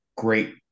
Great